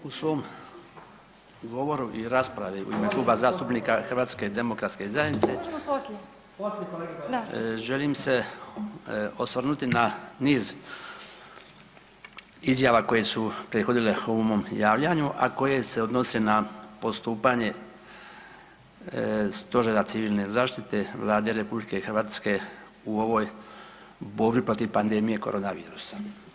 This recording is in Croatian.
U svom govoru i u raspravu u ime Kluba zastupnika HDZ-a želim se osvrnuti na niz izjava koje su prethodile ovom mom javljaju, a koje se odnose na postupanje Stožera civilne zaštite Vlade RH u ovoj borbi protiv korona virusa.